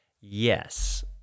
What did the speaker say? yes